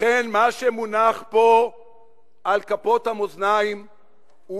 לכן מה שמונח פה על כפות המאזניים הוא